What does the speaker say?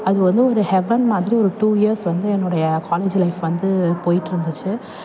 அது வந்து ஒரு ஹெவென் மாதிரி ஒரு டூ இயர்ஸ் வந்து என்னுடைய காலேஜ் லைஃப் வந்து போயிட்டு இருந்துச்சு